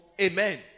amen